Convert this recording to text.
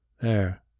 There